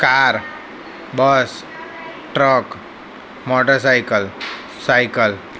car bus truck motor cycle cycle